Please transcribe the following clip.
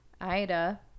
Ida